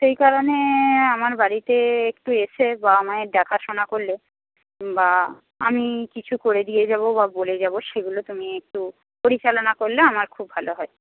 সেই কারণে আমার বাড়িতে একটু এসে বাবা মায়ের দেখাশোনা করলে বা আমি কিছু করে দিয়ে যাব বা বলে যাব সেগুলো তুমি একটু পরিচালনা করলে আমার খুব ভালো হয়